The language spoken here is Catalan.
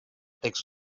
text